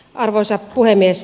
arvoisa puhemies